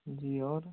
जी और